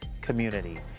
community